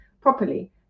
properly